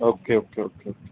okay okay okay okay